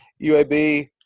UAB